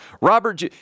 Robert